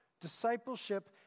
discipleship